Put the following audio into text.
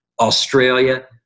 Australia